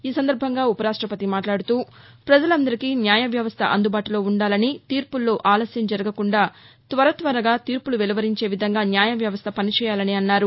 ఈ సందర్బంగా ఉపరాష్టపతి మాట్లాడుతూ ప్రజలందరికీ న్యాయ వ్యవస్థ అందుబాటులో ఉండాలని తీర్పుల్లో ఆలస్యం జరగకుండా త్వరత్వరగా తీర్పులు వెలువరించే విధంగా న్యాయ వ్యవస్థ పనిచేయాలన్నారు